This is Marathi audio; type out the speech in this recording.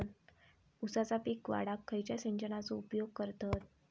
ऊसाचा पीक वाढाक खयच्या सिंचनाचो उपयोग करतत?